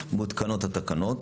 מותקנות התקנות,